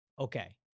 Okay